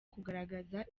kugaragaza